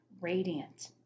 radiant